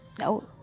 no